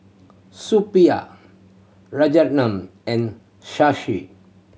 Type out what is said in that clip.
Suppiah Rajaratnam and Shashi